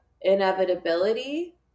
inevitability